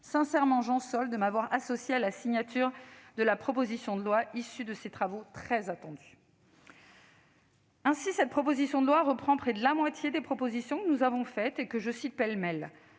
sincèrement Jean Sol de m'avoir associée à la signature de la proposition de loi issue de ses travaux, qui étaient très attendus. Cette proposition de loi reprend près de la moitié des préconisations que nous avons formulées et que je cite pêle-mêle